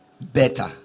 better